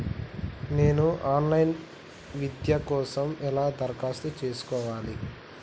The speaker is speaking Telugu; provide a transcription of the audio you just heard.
నేను ఆన్ లైన్ విద్య కోసం ఎలా దరఖాస్తు చేసుకోవాలి?